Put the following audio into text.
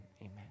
amen